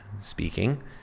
speaking